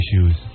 issues